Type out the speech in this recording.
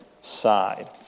side